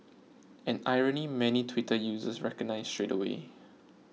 an irony many Twitter users recognised straight away